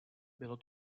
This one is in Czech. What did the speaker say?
bylo